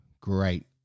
great